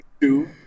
two